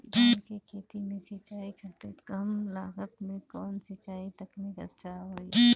धान के खेती में सिंचाई खातिर कम लागत में कउन सिंचाई तकनीक अच्छा होई?